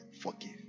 Forgive